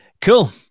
Cool